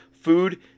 Food